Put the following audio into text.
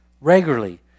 regularly